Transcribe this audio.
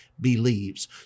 believes